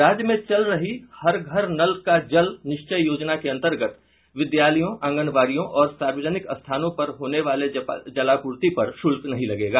राज्य में चल रही हर घर नल का जल निश्चय योजना के अंतर्गत विद्यालयों आंगनबाड़ियों और सार्वजनिक स्थानों पर होने वाले जलापूर्ति पर शुल्क नहीं लगेगा